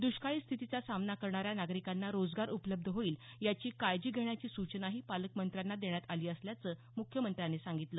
दुष्काळी स्थितीचा सामना करणाऱ्या नागरिकांना रोजगार उपलब्ध होईल याची काळजी घेण्याची सूचनाही पालकमंत्र्यांना देण्यात आली असल्याचं मुख्यमंत्र्यांनी सांगितलं